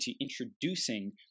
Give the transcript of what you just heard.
introducing